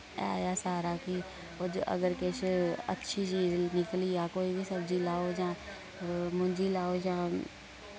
है गै सारा कि उज अगर किश अच्छी चीज निकली जां कोई बी सब्जी लाओ जां मुंजी लाओ जां